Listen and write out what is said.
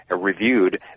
reviewed